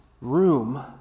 room